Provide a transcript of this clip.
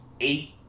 eight